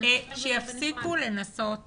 שיפסיקו לנסות